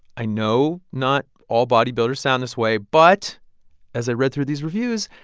i know not all bodybuilders sound this way, but as i read through these reviews,